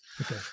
Okay